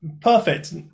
Perfect